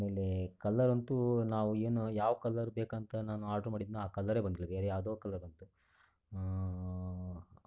ಆಮೇಲೆ ಕಲರ್ ಅಂತು ನಾವು ಏನು ಯಾವ ಕಲರ್ ಬೇಕಂತ ನಾನು ಆಡ್ರ್ ಮಾಡಿದ್ದೆನೋ ಆ ಕಲರೆ ಬಂದಿಲ್ಲ ಬೇರೆ ಯಾವುದೋ ಕಲರ್ ಬಂತು